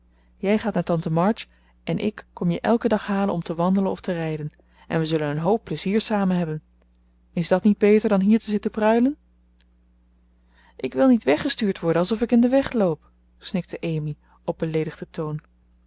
jij gaat naar tante march en ik kom je elken dag halen om te wandelen of te rijden en we zullen een hoop plezier samen hebben is dat niet beter dan hier te zitten pruilen ik wil niet weggestuurd worden alsof ik in den weg loop snikte amy op beleedigden toon